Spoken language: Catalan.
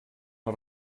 les